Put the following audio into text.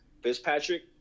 Fitzpatrick